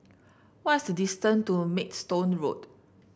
what's the distance to Maidstone Road